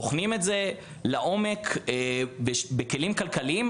בוחנים את זה לעומק בכלים כלכליים.